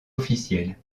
officiel